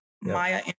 Maya